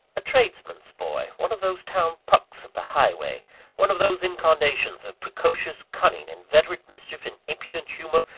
a tradesman's boy one of those town pucks of the highway one of those incarnations of precocious cunning, inveterate mischief, and impudent humour,